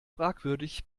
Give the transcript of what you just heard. fragwürdig